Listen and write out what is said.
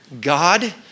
God